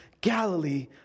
Galilee